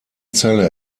zelle